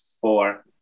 four